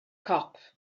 cop